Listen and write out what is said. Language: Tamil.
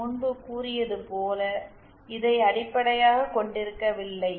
நான் முன்பு கூறியது போல இதை அடிப்படையாகக் கொண்டிருக்கவில்லை